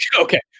Okay